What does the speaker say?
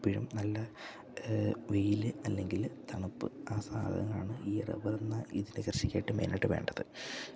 എപ്പോഴും നല്ല വെയിൽ അല്ലെങ്കിൽ തണുപ്പ് ആ സാധനങ്ങളാണ് ഈ റബ്ബറെന്ന ഇതിൻ്റെ കൃഷിക്കായിട്ട് മെയിനായിട്ട് വേണ്ടത്